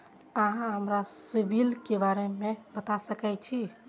अहाँ हमरा सिबिल के बारे में बता सके छी?